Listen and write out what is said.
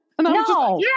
No